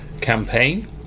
campaign